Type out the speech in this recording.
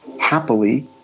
happily